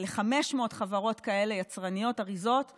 ל-500 חברות כאלה, יצרניות אריזות שלא,